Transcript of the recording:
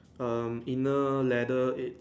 um inner ladder it's